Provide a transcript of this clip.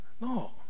No